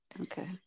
Okay